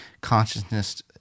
consciousness